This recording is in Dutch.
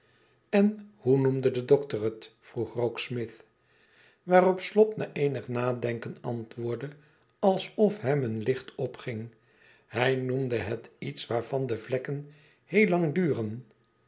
en hoe noemde de dokter het vroeg rokesmith waarop slop na eenig nadenken antwoordde alsof hem een licht opging hij noemde het iets waarvan de vlekken heel lang duren